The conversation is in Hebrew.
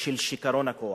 של שיכרון הכוח.